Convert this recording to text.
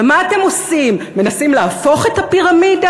ומה אתם עושים, מנסים להפוך את הפירמידה?